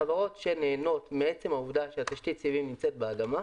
חברות שנהנות מעצם העובדה שתשתית הסיבים נמצאת באדמה,